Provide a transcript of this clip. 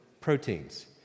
proteins